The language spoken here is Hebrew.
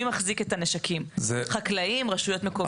מי מחזיק את הנשקים, חקלאים, רשויות מקומיות?